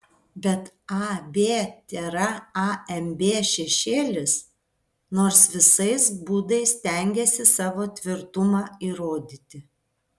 bet ab tėra amb šešėlis nors visais būdais stengiasi savo tvirtumą įrodyti